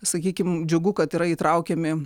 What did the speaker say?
sakykim džiugu kad yra įtraukiami